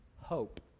Hope